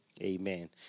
Amen